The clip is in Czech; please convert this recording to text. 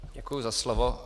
Děkuji za slovo.